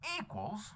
equals